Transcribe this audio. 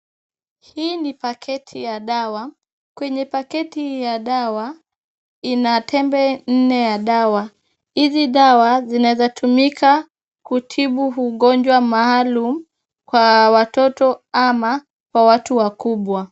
Hii ni paketi ya dawa. Kwenye paketi hii ya dawa, ina tembe nne ya dawa. Hizi dawa zinaezatumika kutibu ugonjwa maalum kwa watoto ama kwa watu wakubwa.